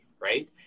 right